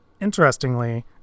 Interestingly